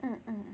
mm mm